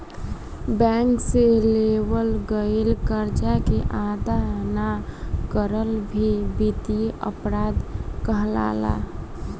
bank से लेवल गईल करजा के अदा ना करल भी बित्तीय अपराध कहलाला